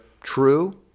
true